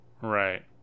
Right